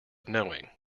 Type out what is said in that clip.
knowing